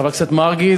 חבר הכנסת מרגי,